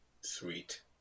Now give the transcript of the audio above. Sweet